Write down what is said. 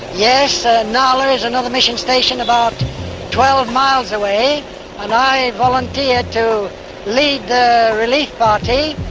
yes, ah nala is another mission station, about twelve miles away, and i volunteered to lead the relief party.